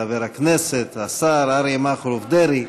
חבר הכנסת והשר אריה מכלוף דרעי,